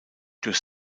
durch